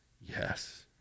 yes